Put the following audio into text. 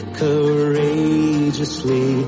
courageously